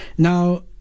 Now